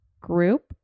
Group